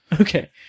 Okay